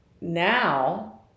now